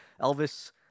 Elvis